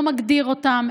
לא מגדיר אותם.